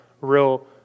real